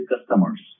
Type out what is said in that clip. customers